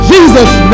Jesus